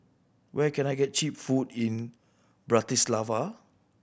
where can I get cheap food in Bratislava